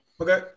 okay